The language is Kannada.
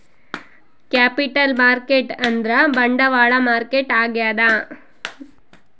ಕ್ಯಾಪಿಟಲ್ ಮಾರ್ಕೆಟ್ ಅಂದ್ರ ಬಂಡವಾಳ ಮಾರುಕಟ್ಟೆ ಆಗ್ಯಾದ